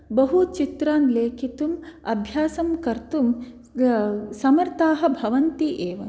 बहु चित्रान् लेखितुम् अभ्यासं कर्तुं समर्था भवन्ति एव